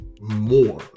more